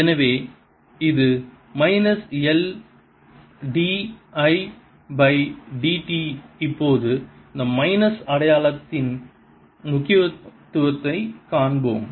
எனவே இது minus L d I by dt இப்போது இந்த மைனஸ் அடையாளத்தின் முக்கியத்துவத்தைக் காண்போம்